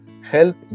help